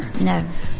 No